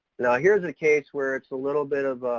now here's and a case where it's a little bit of, ah,